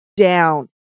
down